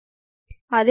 అదే సమీకరణం